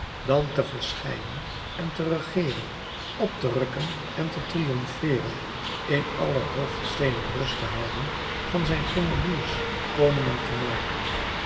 dan te verschijnen en te regeeren op te rukken en te triomfeeren in alle hoofdsteden rust te houden van zijn grenadiers koningen te maken